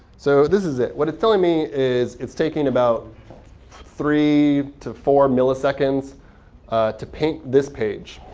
so this is it. what it's telling me is it's taking about three to four milliseconds to paint this page.